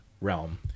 realm